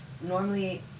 normally